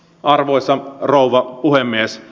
arvoisa rouva puhemies